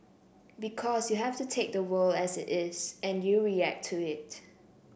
because you have to take the world as it is and you react to it